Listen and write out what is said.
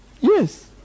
Yes